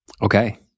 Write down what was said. Okay